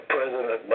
President